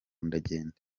ndagenda